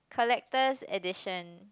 collector's edition